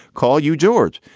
call you george.